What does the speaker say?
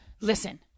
Listen